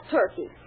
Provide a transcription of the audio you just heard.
turkey